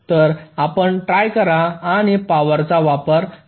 तर आपण ट्राय करा आणि पावर चा वापर लो करा